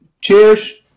Cheers